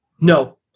No